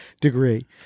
degree